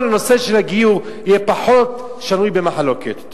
הנושא של הגיור יהיה פחות שנוי במחלוקת.